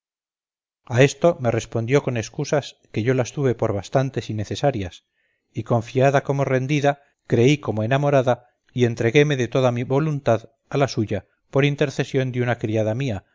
a esto me respondió con escusas que yo las tuve por bastantes y necesarias y confiada como rendida creí como enamorada y entreguéme de toda mi voluntad a la suya por intercesión de una criada mía